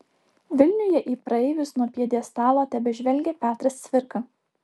vilniuje į praeivius nuo pjedestalo tebežvelgia petras cvirka